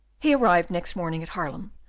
he arrived next morning at haarlem,